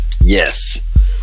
Yes